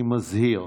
אני מזהיר,